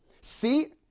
See